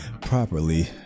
properly